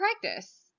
practice